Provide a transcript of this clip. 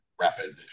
rapid